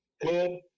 good